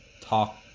talk